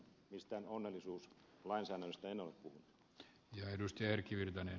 mistään onnellisuuslainsäädännöstä en ole puhunut